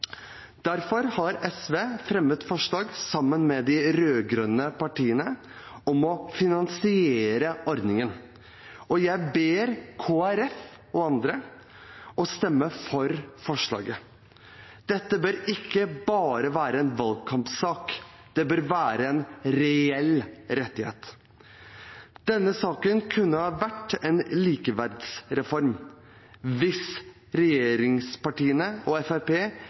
Derfor har SV fremmet forslag, sammen med de rød-grønne partiene, om å finansiere ordningen, og jeg ber Kristelig Folkeparti og andre partier å stemme for forslaget. Dette bør ikke bare være en valgkampsak. Det bør være en reell rettighet. Denne saken kunne vært en likeverdsreform hvis regjeringspartiene og